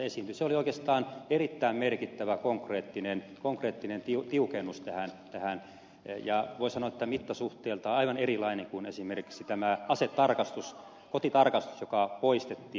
se oli oikeastaan erittäin merkittävä konkreettinen tiukennus tähän ja voi sanoa että mittasuhteiltaan aivan erilainen kuin esimerkiksi tämä asetarkastus kotitarkastus joka poistettiin